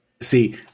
See